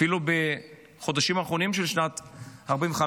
אפילו בחודשים האחרונים של שנת 1945,